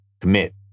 commit